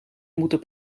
moeten